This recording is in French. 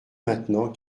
maintenant